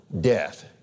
death